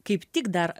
kaip tik dar